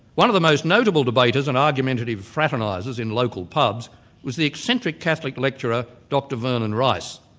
one of the most notable debaters and argumentative fraternisers in local pubs was the eccentric catholic lecturer, dr vernon rice.